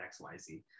xyz